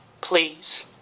please